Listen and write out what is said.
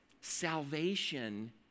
salvation